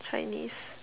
Chinese